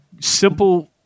simple